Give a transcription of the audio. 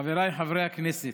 חבריי חברי הכנסת,